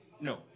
no